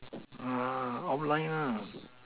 outline